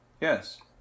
Yes